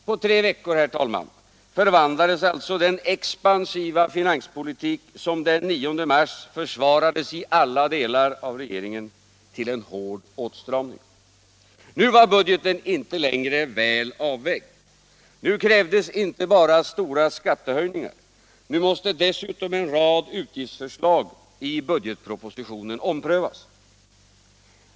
På tre veckor förvandlades alltså den expansiva finanspolitiken, som den 9 mars försvarades i alla delar av regeringen, till en hård åtstramning. Nu var budgeten inte längre väl avvägd. Nu krävdes inte bara stora skattehöjningar, nu måste dessutom en rad utgiftsförslag i budgetpropositionen omprövas.